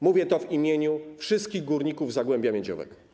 Mówię to w imieniu wszystkich górników z Zagłębia Miedziowego.